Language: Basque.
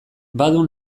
badu